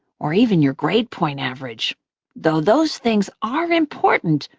or even your grade point average though those things are important,